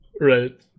Right